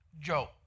Joe